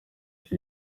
iki